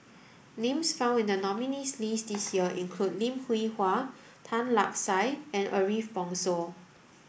names found in the nominees' list this year include Lim Hwee Hua Tan Lark Sye and Ariff Bongso